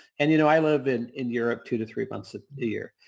and you know i live in in europe two to three months of the year.